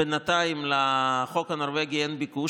בינתיים לחוק הנורבגי אין ביקוש.